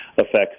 affects